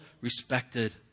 respected